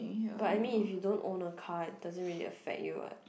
but I mean if you don't own a car it doesn't really affect you what